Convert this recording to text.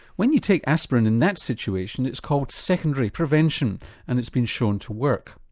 when you take aspirin in that situation it's called secondary prevention and it's been shown to work.